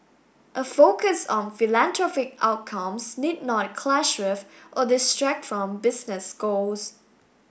a focus on philanthropic outcomes need not clash with or distract from business goals